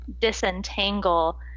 disentangle